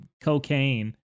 cocaine